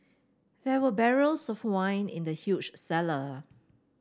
there were barrels of wine in the huge cellar